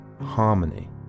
harmony